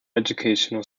educational